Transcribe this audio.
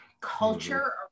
culture